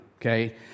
okay